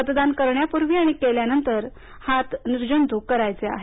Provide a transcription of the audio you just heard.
मतदान करण्यापूर्वी आणि केल्यानंतर हात अवश्य निर्जंतुक करायचे आहेत